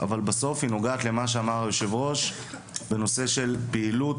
אבל בסוף היא נוגעת למה שאמר היושב-ראש בנושא של פעילות